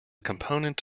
component